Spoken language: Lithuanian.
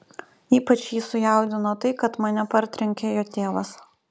ypač jį sujaudino tai kad mane partrenkė jo tėvas